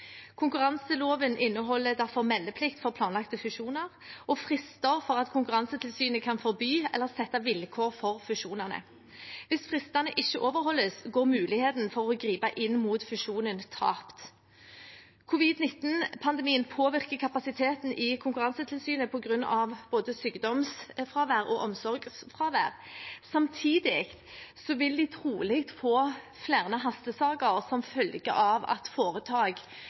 Konkurranseloven inneholder derfor meldeplikt for planlagte fusjoner og frister for at Konkurransetilsynet kan forby eller sette vilkår for fusjonene. Hvis fristene ikke overholdes, går muligheten for å gripe inn mot fusjonen tapt. Covid-19-pandemien påvirker kapasiteten i Konkurransetilsynet på grunn av både sykdomsfravær og omsorgsfravær. Samtidig vil de trolig få flere hastesaker som følge av at foretak